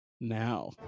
now